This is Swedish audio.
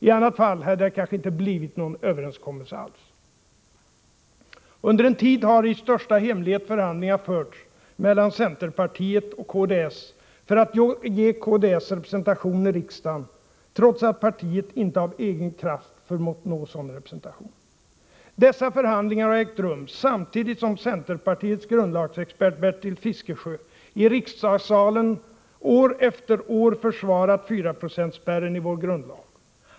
I annat fall hade det kanske inte blivit någon överenskommelse alls.” Under en tid har i största hemlighet förhandlingar förts mellan centerpartiet och kds för att ge kds representation i riksdagen trots att partiet inte av egen kraft förmått nå sådan representation. Dessa förhandlingar har ägt rum samtidigt som centerpartiets grundlagsexpert Bertil Fiskesjö i riksdagssalen år efter år försvarat 4-procentsspärren i vår grundlag.